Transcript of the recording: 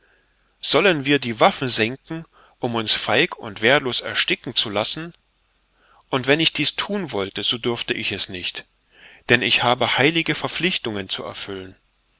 sollen wir die waffen senken um uns feig und wehrlos ersticken zu lassen und wenn ich dies thun wollte so dürfte ich es nicht denn ich habe heilige verpflichtungen zu erfüllen